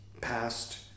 past